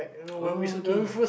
uh okay K